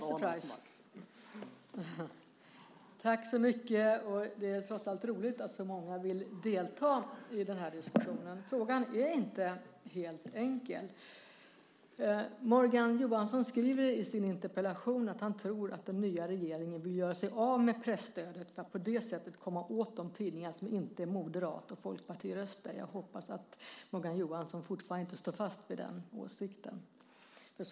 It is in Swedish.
Herr talman! Det är trots allt roligt att så många vill delta i diskussionen. Frågan är inte helt enkel. Morgan Johansson skriver i sin interpellation att han tror att den nya regeringen vill göra sig av med presstödet för att på det sättet komma åt de tidningar som inte är moderat och folkpartiröster. Jag hoppas att Morgan Johansson inte står fast vid den åsikten fortfarande.